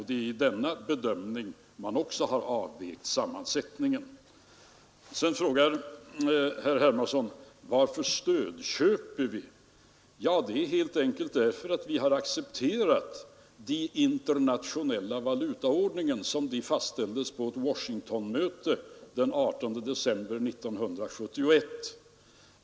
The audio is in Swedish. Det är i denna bedömning man också har avvägt sammansättningen. Så frågar herr Hermansson: Varför stödköper vi? Jo, det är helt enkelt därför att vi har accepterat den internationella valutaordningen som den fastställdes på ett möte i Washington den 18 december 1971.